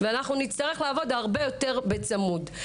ואנחנו נצטרך לעבוד הרבה יותר בצמוד.